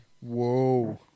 Whoa